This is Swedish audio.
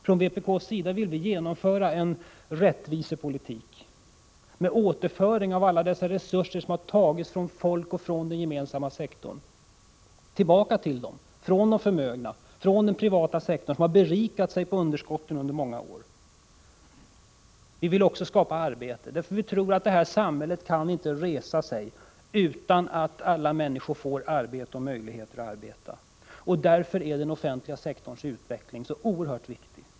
Från vpk:s sida vill vi genomföra en rättvisepolitik med återföring av alla de resurser som tagits från folk och från den gemensamma sektorn. Vi vill föra tillbaka dem från de förmögna och från den privata sektorn, som berikat sig på underskotten under många år. Vi vill också skapa arbete, eftersom vi tror att samhället inte kan resa sig utan att alla människor får möjligheter att arbeta. Därför är den offentliga sektorns utveckling så oerhört viktig.